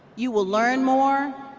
you will learn more,